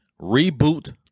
reboot